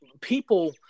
people